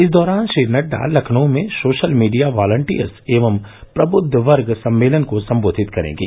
इस दौरान श्री नड्डा लखनऊ में सोशल मीडिया वालटियर्स एवं प्रबुद्ध वर्ग सम्मेलन को संबोधित करेंगे